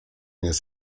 jest